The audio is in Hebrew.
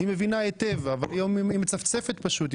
היא מבינה היטב, אבל היא מצפצפת, פשוט.